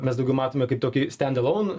mes daugiau matome kaip tokį stend elaun